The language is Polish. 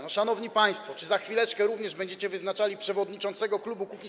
No, szanowni państwo, czy za chwileczkę również będziecie wyznaczali przewodniczącego klubu Kukiz’15?